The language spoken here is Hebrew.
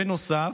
בנוסף,